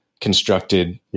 constructed